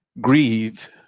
grieve